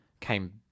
came